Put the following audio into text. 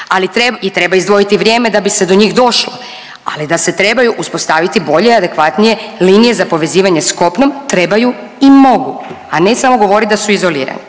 i treba izdvojiti vrijeme da bi se do njih došlo, ali da se trebaju uspostaviti bolje i adekvatnije linije za povezivanje s kopnom trebaju i mogu, a ne samo govorit da su izolirani.